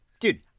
Dude